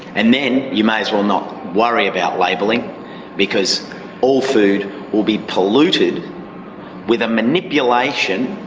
and then you may as well not worry about labelling because all food will be polluted with a manipulation,